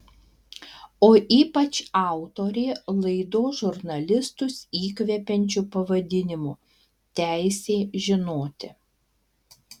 o ypač autorė laidos žurnalistus įkvepiančiu pavadinimu teisė žinoti